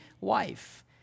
wife